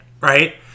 right